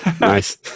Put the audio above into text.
Nice